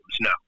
no